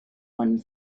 one